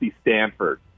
Stanford